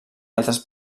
altres